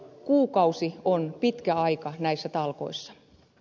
kuukausi on pitkä aika näissä talkoissa